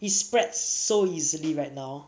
it's spread so easily right now